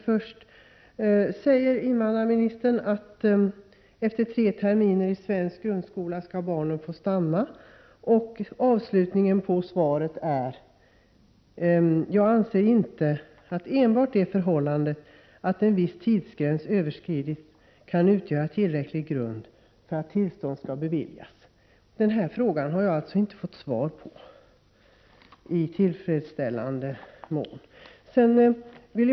Först säger invandrarministern att barnen efter tre terminer i svensk grundskola skall få stanna, men i slutet av svaret säger han att han inte anser ”att enbart det förhållandet att en viss tidsgräns överskridits kan utgöra tillräcklig grund för att tillstånd skall beviljas”. Jag har alltså inte fått ett tillfredsställande svar på min fråga.